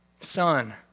son